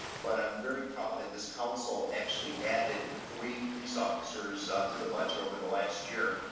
but i'm very proud that this council actually added three police officers to the budget over the last year.